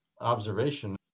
observation